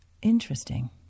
Interesting